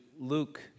Luke